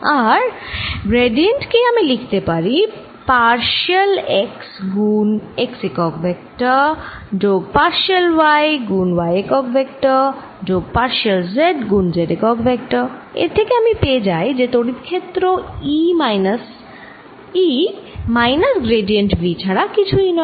আর gradient কে আমি লিখতে পারি পার্শিয়াল x গুণ x একক ভেক্টর যোগ পার্শিয়াল y গুণ y একক ভেক্টর যোগ পার্শিয়াল z গুণ z একক ভেক্টর এর থেকে আমি পেয়ে যাই যে তড়িৎ ক্ষেত্র E মাইনাস গ্রেডিয়েন্ট v ছাড়া কিছুই নয়